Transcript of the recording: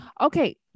Okay